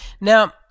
Now